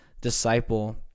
disciple